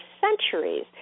centuries